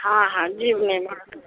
हँ हँ जीभमे